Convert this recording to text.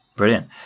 brilliant